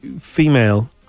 female